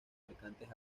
mercantes